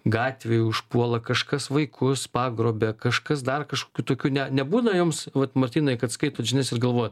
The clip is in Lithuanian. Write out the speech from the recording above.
gatvėj užpuola kažkas vaikus pagrobia kažkas dar kažkokių tokių ne nebūna jums vat martynai kad skaitot žinias ir galvoj